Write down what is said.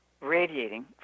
radiating